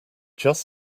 just